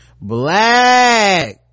black